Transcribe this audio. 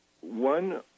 one